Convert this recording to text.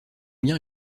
bien